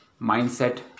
mindset